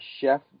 Chef